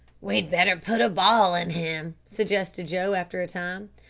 we'd better put a ball in him, suggested joe after a time.